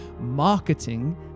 marketing